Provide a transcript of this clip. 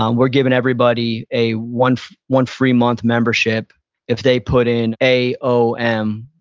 um we're giving everybody a one one free month membership if they put in a o m,